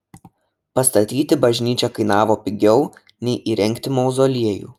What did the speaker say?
pastatyti bažnyčią kainavo pigiau nei įrengti mauzoliejų